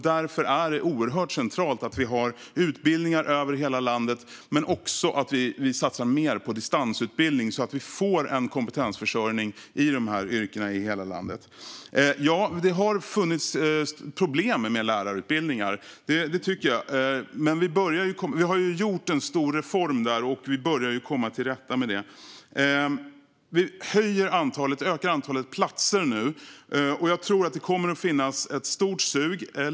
Därför är det oerhört centralt att vi har utbildningar över hela landet men också att vi satsar mer på distansutbildning så att vi får en kompetensförsörjning i de här yrkena i hela landet. Ja, det har funnits problem med lärarutbildningar. Det tycker jag. Men vi har gjort en stor reform, och vi börjar komma till rätta med det. Vi ökar antalet platser nu, och jag tror att det kommer att finnas ett stort sug.